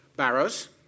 Barrows